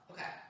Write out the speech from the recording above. Okay